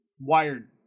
wired